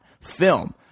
film